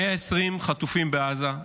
120 חטופים בעזה,